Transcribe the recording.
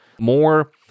more